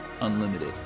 unlimited